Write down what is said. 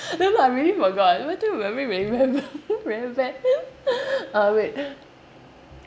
that one I really forgot I told you my memory very bad very bad uh wait